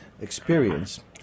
experience